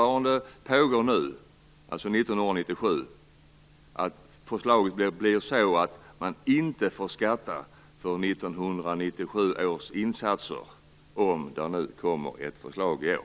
Men jag hoppas att det blir ett förslag som gör att man inte får skatta för 1997 års insatser, om det nu kommer ett förslag i år.